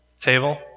table